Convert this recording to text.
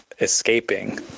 escaping